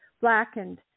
blackened